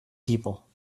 people